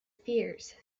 fears